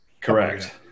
Correct